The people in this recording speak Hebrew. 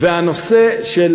והנושא של